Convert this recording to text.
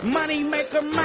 Moneymaker